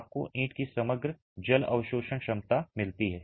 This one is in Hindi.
आपको ईंट की समग्र जल अवशोषण क्षमता मिलती है